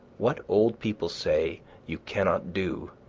what old people say you cannot do,